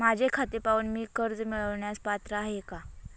माझे खाते पाहून मी कर्ज मिळवण्यास पात्र आहे काय?